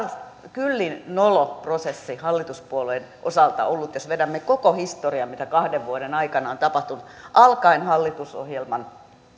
kyllin nolo prosessi hallituspuolueiden osalta ollut jos vedämme koko historian mitä kahden vuoden aikana on tapahtunut alkaen hallitusohjelman